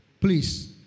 please